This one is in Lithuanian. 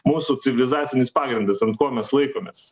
mūsų civilizacinis pagrindas ant ko mes laikomės